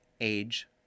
age